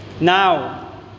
now